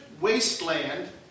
wasteland